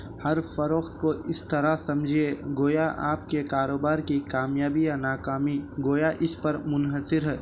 ہر فروخت کو اس طرح سمجھیے گویا آپ کے کاروبار کی کامیابی یا ناکامی گویا اس پر منحصر ہے